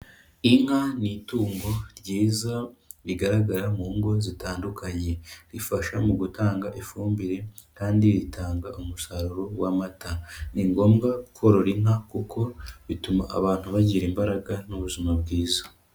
Inka ni itungo ryiza, rigaragara mu ngo zitandukanye. Rifasha mu gutanga ifumbire kandi ritanga umusaruro w'amata. Ni ngombwa korora inka kuko bituma abantu bagira imbaraga n'ubuzima bwiza.